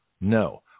no